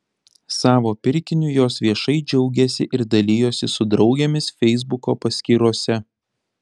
savo pirkiniu jos viešai džiaugėsi ir dalijosi su draugėmis feisbuko paskyrose